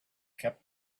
kept